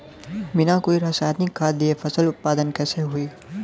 बिना कोई रसायनिक खाद दिए फसल उत्पादन कइसे हो सकेला?